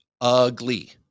ugly